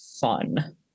fun